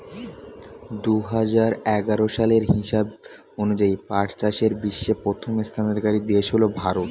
দুহাজার এগারো সালের হিসাব অনুযায়ী পাট চাষে বিশ্বে প্রথম স্থানাধিকারী দেশ হল ভারত